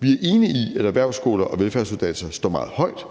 Vi er enige i, at erhvervsskoler og velfærdsuddannelser står meget højt.